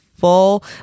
Full